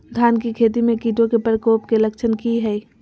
धान की खेती में कीटों के प्रकोप के लक्षण कि हैय?